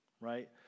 right